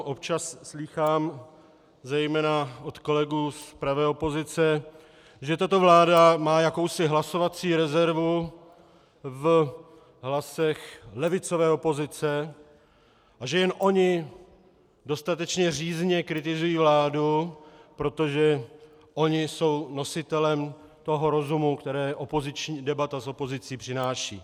Občas slýchám zejména od kolegů z pravé opozice, že tato vláda má jakousi hlasovací rezervu v hlasech levicové opozice a že jen oni dostatečně řízně kritizují vládu, protože oni jsou nositelem toho rozumu, který debata s opozicí přináší.